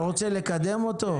אתה רוצה לקדם אותו?